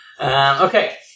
Okay